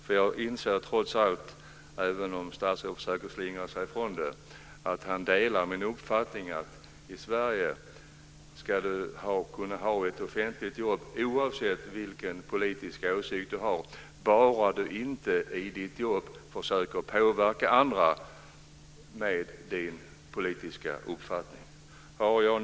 Jag inser att statsrådet trots allt - även om han försöker slingra sig från det - delar min uppfattning att man ska kunna ha ett offentligt jobb i Sverige oavsett vilken politisk åsikt man har, bara man inte i sitt jobb försöker påverka andra utifrån sin politiska uppfattning.